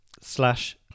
Slash